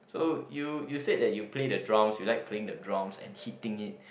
so you you said that you play the drums you like playing the drums and hitting it